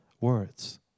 words